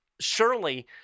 surely